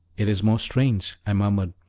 it is most strange! i murmured.